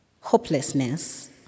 hopelessness